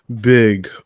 Big